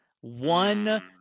one